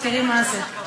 תראי מה זה.